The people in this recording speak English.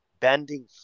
Bending